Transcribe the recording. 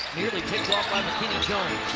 nearly tipped off by mckinney jones.